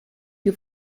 più